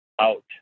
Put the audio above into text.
out